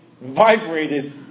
vibrated